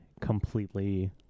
completely